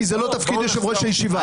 כי זה לא תפקיד יושב ראש הישיבה.